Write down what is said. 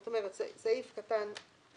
זאת אומרת, סעיף קטן (ג)